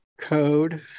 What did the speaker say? code